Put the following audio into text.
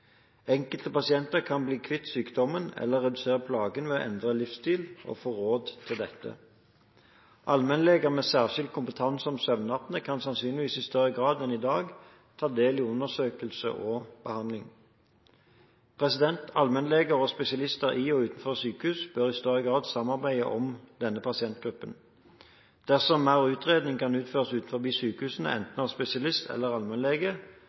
Enkelte pasienter kan bli kvitt sykdommen eller redusere plagene ved å endre livsstil og få råd for dette. Allmennleger med særskilt kompetanse om søvnapné kan sannsynligvis i større grad enn i dag ta del i undersøkelse og behandling. Allmennleger og spesialister i og utenfor sykehus bør i større grad samarbeide om denne pasientgruppen. Dersom mer utredning kan utføres utenfor sykehusene, enten av spesialist eller allmennlege,